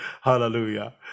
Hallelujah